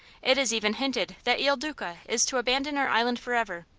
it is even hinted that il duca is to abandon our island forever.